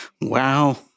Wow